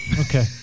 Okay